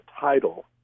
title